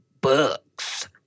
books